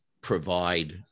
provide